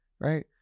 Right